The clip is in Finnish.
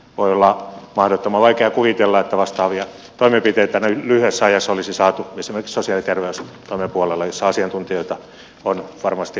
voi olla mahdottoman vaikea kuvitella että vastaavia toimenpiteitä näin lyhyessä ajassa olisi saatu esimerkiksi sosiaali ja terveystoimen puolella jossa asiantuntijoita on varmasti joka lähtöön